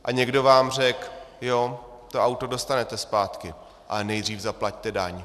A někdo vám řekl: Jo, to auto dostanete zpátky, ale nejdřív zaplaťte daň.